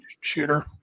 Shooter